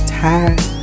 tired